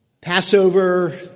Passover